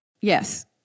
Yes